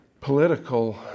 political